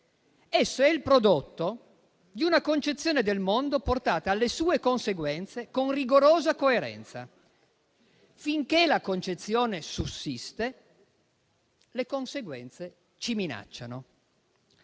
Esso è il prodotto di una concezione del mondo portata alle sue conseguenze con rigorosa coerenza. «Finché la concezione sussiste, le conseguenze ci minacciano»: